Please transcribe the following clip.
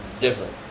different